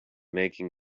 making